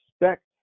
expect